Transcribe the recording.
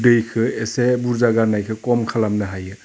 दैखो एसे बुरजा गारनायखो खम खालामनो हायो